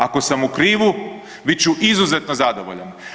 Ako sam u krivu, bit ću izuzetno zadovoljan.